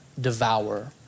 devour